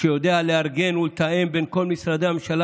שיודע לארגן ולתאם בין כל משרדי הממשלה